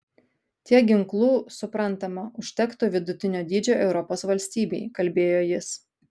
tiek ginklų suprantama užtektų vidutinio dydžio europos valstybei kalbėjo jis